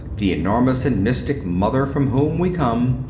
the enormous and mystic mother from whom we come,